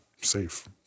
safe